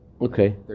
Okay